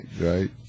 right